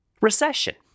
recession